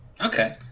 Okay